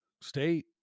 state